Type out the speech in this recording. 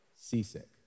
seasick